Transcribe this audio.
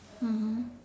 mmhmm